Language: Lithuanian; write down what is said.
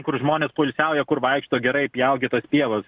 kur žmonės poilsiauja kur vaikšto gerai pjaukit tas pievas